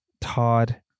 Todd